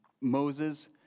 Moses